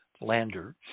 lander